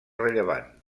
rellevant